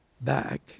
back